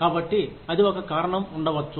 కాబట్టి అది ఒక కారణం ఉండవచ్చు